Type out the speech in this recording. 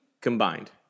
Combined